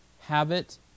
habit